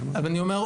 אז אני אומר,